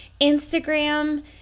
Instagram